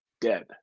dead